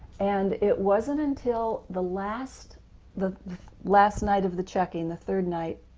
and it wasn't until the last the last night of the checking the third night,